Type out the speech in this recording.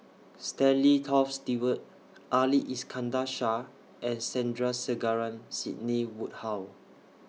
Stanley Toft Stewart Ali Iskandar Shah and Sandrasegaran Sidney Woodhull